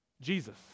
Jesus